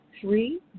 three